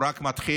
הוא רק מתחיל.